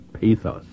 pathos